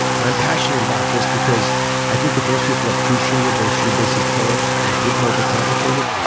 and i'm passionate about this because i think if most people appreciated those three basic pillars and wouldn't overcomplicate it,